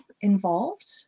involved